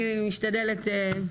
אני משתדלת.